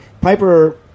Piper